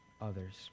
others